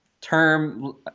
term